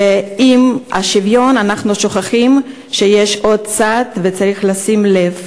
ועם השוויון אנחנו שוכחים שיש עוד צד וצריך לשים לב.